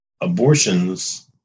abortions